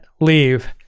leave